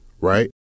right